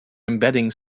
embedding